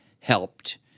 Helped